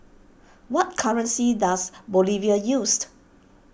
what currency does Bolivia used